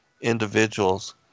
individuals